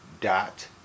dot